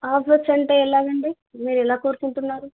offers అంటే ఎలాగ అండి మీరు ఎలా కోరుకుంటున్నారు